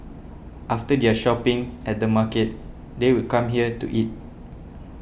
after their shopping at the market they would come here to eat